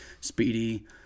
speedy